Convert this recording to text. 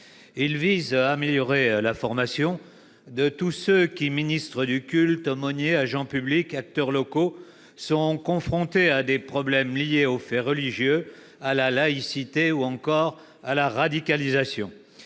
Il vise à améliorer la formation de tous ceux qui, ministres du culte, aumôniers, agents publics, acteurs locaux, sont confrontés à des problèmes liés au fait religieux, à la laïcité ou à la radicalisation.